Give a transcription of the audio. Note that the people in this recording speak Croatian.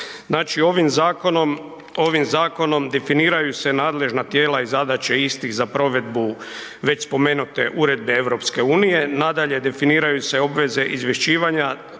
ovim zakonom definiraju se nadležna tijela i zadaće istih za provedbu već spomenute Uredbe EU, nadalje definiraju se obveze izvješćivanja